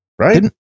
Right